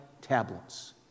tablets